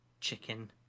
chicken